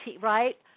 right